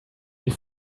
die